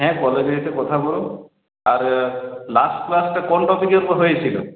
হ্যাঁ কলেজে এসে কথা বলো আর লাস্ট ক্লাসটা কোন টপিকের উপর হয়েছিল